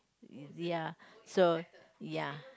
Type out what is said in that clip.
ya so ya